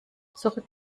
zurück